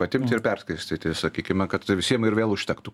atimti ir perskirstyti sakykime kad tai visiem ir vėl užtektų